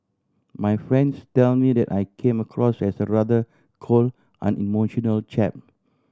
my friends tell me that I came across as a rather cold unemotional chap